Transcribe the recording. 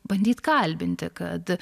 bandyt kalbinti kad